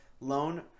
loan